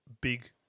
big